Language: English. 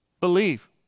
Believe